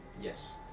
Yes